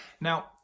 Now